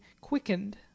quickened